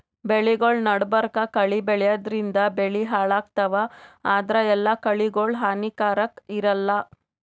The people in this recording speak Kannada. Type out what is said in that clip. ಬೆಳಿಗೊಳ್ ನಡಬರ್ಕ್ ಕಳಿ ಬೆಳ್ಯಾದ್ರಿನ್ದ ಬೆಳಿ ಹಾಳಾಗ್ತಾವ್ ಆದ್ರ ಎಲ್ಲಾ ಕಳಿಗೋಳ್ ಹಾನಿಕಾರಾಕ್ ಇರಲ್ಲಾ